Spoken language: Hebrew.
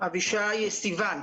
אבישי סיוון.